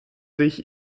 sich